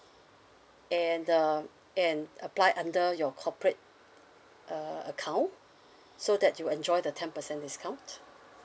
and uh and apply under your corporate uh account so that you'll enjoy the ten percent discount